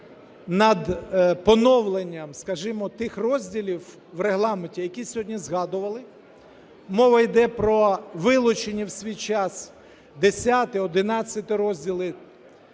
над поновленням, скажімо, тих розділів в Регламенті, які сьогодні згадували. Мова йде про вилучені в свій час Х, ХІ розділи,